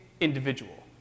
individual